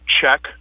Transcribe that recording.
check